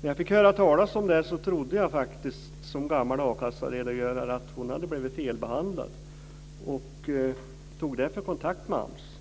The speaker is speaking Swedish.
När jag fick höra talas om detta trodde jag, som gammal a-kasseredogörare, att hon hade blivit felbehandlad. Jag tog därför kontakt med AMS.